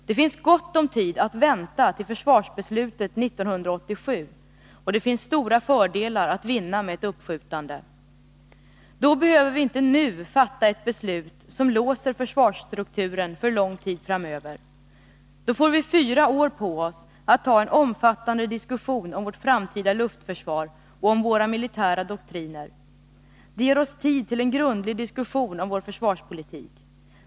Det finns gott om tid att vänta till försvarsbeslutet 1987, och det finns stora fördelar att vinna med ett uppskjutande. Då behöver vi inte nu fatta ett beslut som låser försvarsstrukturen för lång tid framöver. Vi får fyra år på oss att ta en omfattande diskussion om vårt framtida luftförsvar och om våra militära doktriner. Det ger oss tid till en grundlig diskussion om vår försvarspolitik.